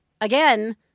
again